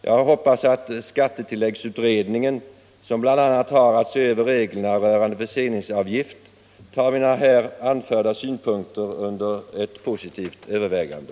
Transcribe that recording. Jag hoppas att skattetilläggsutredningen, som bl.a. har att se över reglerna rörande förseningsavgift, tar mina här framförda synpunkter under positivt övervägande.